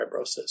fibrosis